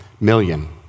million